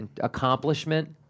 Accomplishment